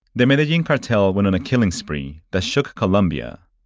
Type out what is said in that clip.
the medellin cartel went on a killing spree that shook colombia,